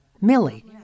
Millie